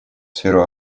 сферу